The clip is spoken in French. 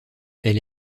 elle